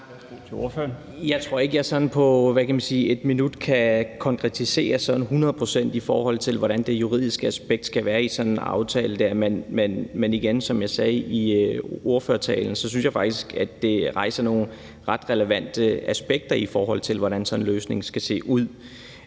Jeg tror ikke, jeg sådan på et minut kan konkretisere hundrede procent, hvordan det juridiske aspekt skal være i sådan en aftale. Men igen, som jeg sagde i ordførertalen, synes jeg faktisk, at det rejser nogle ret relevante aspekter, i forhold til hvordan sådan en løsning skal se ud.